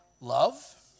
Love